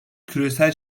küresel